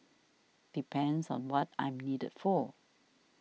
depends on what I'm needed for